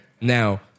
Now